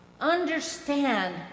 Understand